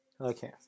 Okay